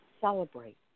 celebrate